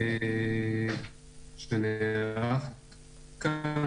שנערך כאן,